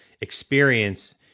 experience